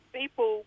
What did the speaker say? people